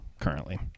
currently